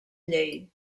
llei